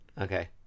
Okay